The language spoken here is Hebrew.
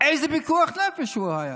איזה פיקוח נפש היה?